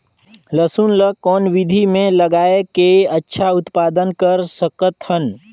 लसुन ल कौन विधि मे लगाय के अच्छा उत्पादन कर सकत हन?